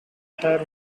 tier